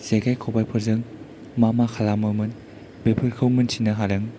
जेखाय खबायफोरजों मा मा खालामोमोन बेफोरखौ मिनथिनो हादों